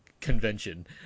convention